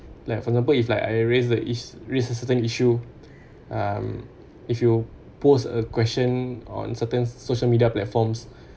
like for example if like I raised the iss~ raised a certain issue um if you will post a question on certain social media platforms